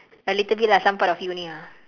a little bit lah some part of you only ah